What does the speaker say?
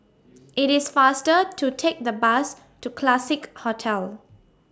IT IS faster to Take The Bus to Classique Hotel